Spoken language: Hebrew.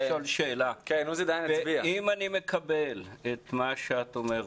אם אני מקבל את מה שאת אומרת,